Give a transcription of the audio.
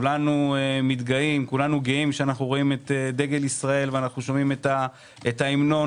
כולנו גאים שאנו רואים את דגל ישראל ושומעים את ההמנון,